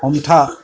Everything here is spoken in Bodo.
हमथा